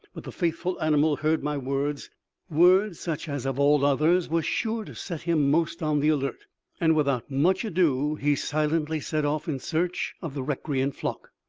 but the faithful animal heard my words words such as of all others were sure to set him most on the alert and without much ado he silently set off in search of the recreant flock.